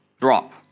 drop